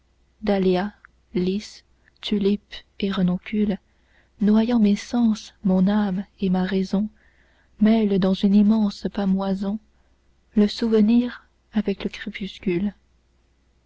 dahlia lys tulipe et renoncule-noyant mes sens mon âme et ma raison mêle dans une immense pâmoison le souvenir avec le crépuscule